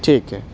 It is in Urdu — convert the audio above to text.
ٹھیک ہے